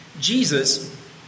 Jesus